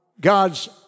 God's